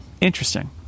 Interesting